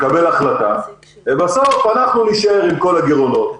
לקבל החלטה ובסוף אנחנו נישאר עם כל הגירעונות.